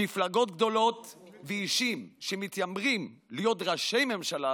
מפלגות גדולות ואישים שמתיימרים להיות ראשי ממשלה